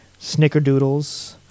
snickerdoodles